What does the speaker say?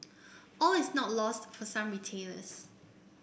all is not lost for some retailers